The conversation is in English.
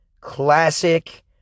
classic